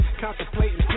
contemplating